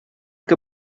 que